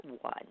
one